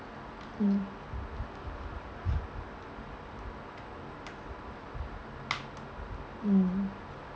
mm mm